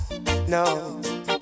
no